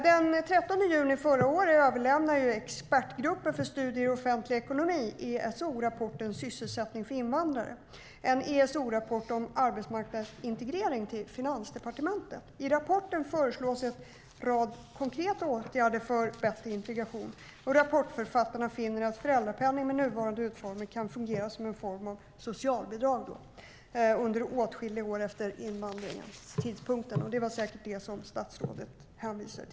Den 13 juni förra året överlämnade Expertgruppen för studier i offentlig ekonomi, ESO, rapporten Sysselsättning för invandrare - en ESO-rapport om arbetsmarknadens integrering till Finansdepartementet. I rapporten föreslås en rad konkreta åtgärder för bättre integration. Rapportförfattarna finner att föräldrapenning med nuvarande utformning kan fungera som en form av socialbidrag under åtskilliga år efter invandringstidpunkten. Det var säkert detta som statsrådet menade.